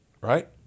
right